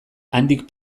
handik